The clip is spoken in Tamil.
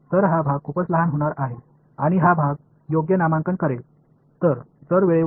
எனவே இந்த பகுதி மிகச் சிறியதாக மாறப் போகிறது மேலும் இந்த பகுதி பரிந்துரைக்கும்